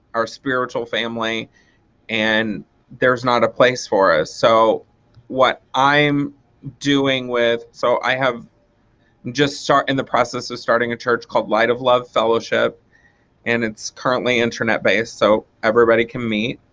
our spiritual family and there's not a place for us. so what i'm doing with so i have just start in the process of starting a church called light of love fellowship and it's currently internet-based so everybody can meet.